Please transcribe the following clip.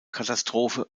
katastrophe